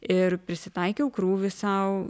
ir prisitaikiau krūvį sau